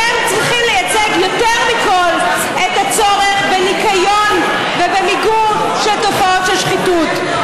אתם צריכים לייצג יותר מכול את הצורך בניקיון ובמיגור תופעות של שחיתות.